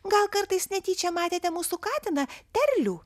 gal kartais netyčia matėte mūsų katiną terlių